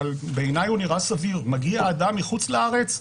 אבל בעיניי הוא נראה סביר מגיע אדם מחוץ לארץ,